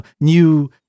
new